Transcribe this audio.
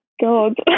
God